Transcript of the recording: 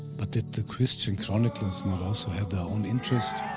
but did the christian chroniclers not also have their own interest